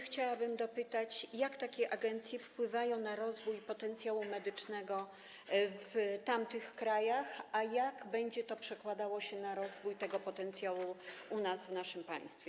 Chciałabym dopytać, jak takie agencje wpływają na rozwój potencjału medycznego w tamtych krajach, a jak będzie się to przekładało na rozwój tego potencjału u nas w naszym państwie.